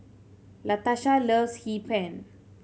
Latasha loves Hee Pan